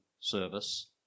service